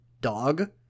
dog